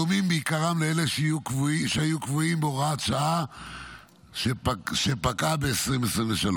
הדומים בעיקרם לאלה שהיו קבועים בהוראת השעה שפקעה ב-2023: